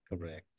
Correct